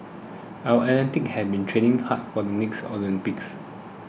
our athletes have been training hard for the next Olympics